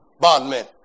bondmen